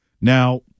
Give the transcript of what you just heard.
Now